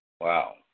Wow